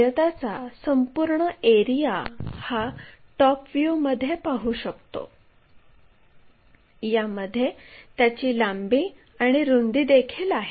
आयताचा संपूर्ण एरिया हा टॉप व्ह्यूमध्ये पाहू शकतो यामध्ये त्याची लांबी आणि रुंदी देखील आहे